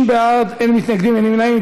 30 בעד, אין מתנגדים, אין נמנעים.